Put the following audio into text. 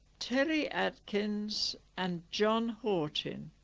terry adkins and john hawtin